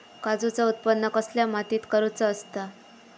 काजूचा उत्त्पन कसल्या मातीत करुचा असता?